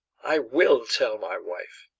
i will tell my wife.